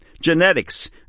Genetics